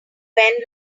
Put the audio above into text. when